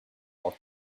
all